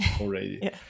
already